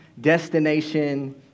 destination